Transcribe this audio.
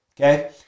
okay